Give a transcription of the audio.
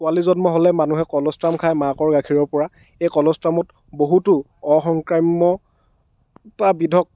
পোৱালি জন্ম হ'লে মানুহে কল'ষ্টাম খায় মাকৰ গাখীৰৰ পৰা এই কল'ষ্ট্ৰামত বহুতো অসংক্ৰাম্যতা বিধক